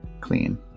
clean